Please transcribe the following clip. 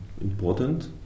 important